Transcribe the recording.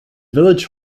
village